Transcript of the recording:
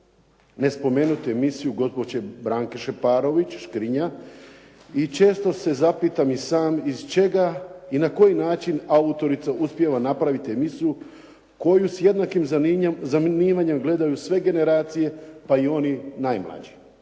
ne spomenuti emisiju gospođe Branke Šeparović "Škrinja" i često se zapitam i sam iz čega i na koji način autorica uspijeva napraviti emisiju koju s jednakim zanimanjem gledaju sve generacije, pa i oni najmlađi.